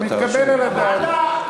זה מתקבל על הדעת.